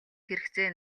хэрэгцээ